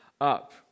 up